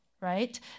right